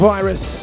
Virus